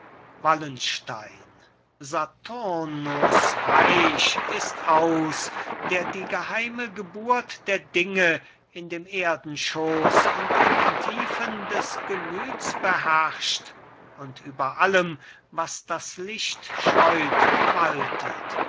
wallenstein saturnus reich ist aus der die geheime geburt der dinge in dem erdenschoß und in den tiefen des gemüts beherrscht und über allem was das licht scheut waltet